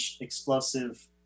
explosive